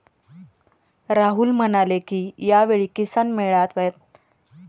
राहुल म्हणाले की, यावेळी किसान मेळ्यात कृषी यंत्रमानवांची विक्री करण्यात आली